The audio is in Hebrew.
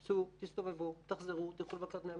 תצאו, תסתובבו, תחזרו, תצאו לבקר את המשפחות.